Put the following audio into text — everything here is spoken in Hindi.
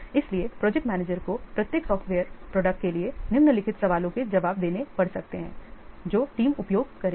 इसलिए प्रोजेक्ट मैनेजर को प्रत्येक सॉफ्टवेयर प्रोडक्ट के लिए निम्नलिखित सवालों के जवाब देने पड़ सकते हैंजो टीम उपयोग करेगी